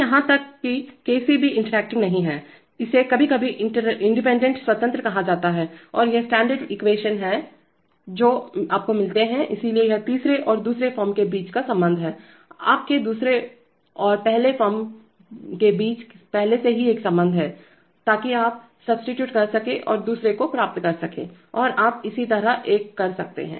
कियहां तक कि Kc भी इंटरएक्टिंग नहीं है इसे कभी कभी इंडिपेंडेंटस्वतंत्र कहा जाता है और ये स्टैण्डर्ड एक्वेशन हैं जो आपको मिलते हैं इसलिए यह तीसरे और दूसरे फॉर्म के बीच का संबंध है आपके दूसरा और पहला फॉर्म बीच पहले से ही एक संबंध है ताकि आप सब्सीट्यूट कर सकें और दूसरे को प्राप्त कर सकें और आप इसी तरह एक कर सकते हैं